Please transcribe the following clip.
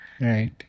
Right